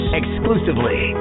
exclusively